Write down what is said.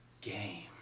game